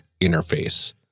interface